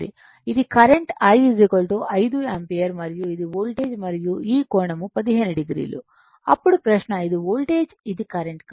ఇది current I 5 ampere మరియు ఇది వోల్టేజ్ మరియు ఈ కోణం 15 o అప్పుడు ప్రశ్న ఇది వోల్టేజ్ ఇది కరెంట్